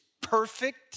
perfect